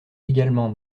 également